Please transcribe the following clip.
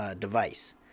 device